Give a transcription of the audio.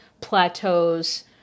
plateaus